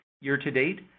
Year-to-date